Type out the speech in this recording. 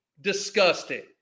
disgusting